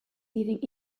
leading